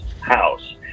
house